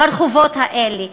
ברחובות האלה?